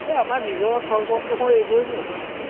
এই আমাৰ নিজৰ থল বন্ধু এইবোৰেইনো